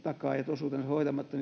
osuutensa hoitamatta